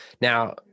Now